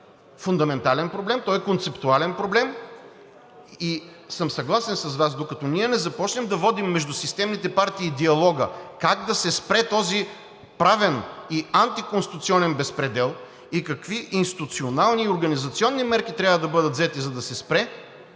това е фундаментален проблем, той е концептуален проблем и съм съгласен с Вас – докато ние не започнем да водим между системните партии диалога как да се спре този правен и антиконституционен безпредел и какви институционални и организационни мерки трябва да бъдат взети, за да се спре,